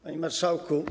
Panie Marszałku!